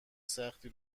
سختی